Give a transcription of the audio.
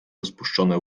rozpuszczone